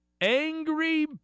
Angry